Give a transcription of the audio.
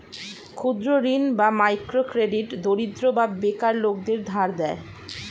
ক্ষুদ্র ঋণ বা মাইক্রো ক্রেডিট দরিদ্র বা বেকার লোকদের ধার দেয়